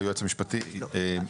שנייה.